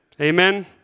Amen